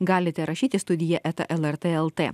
galite rašyti studija eta lrt lt